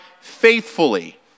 faithfully